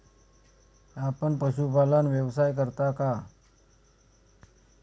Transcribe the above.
आपण पशुपालन व्यवसाय करता का?